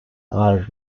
are